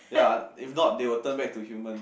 ya if not they'll turn back to human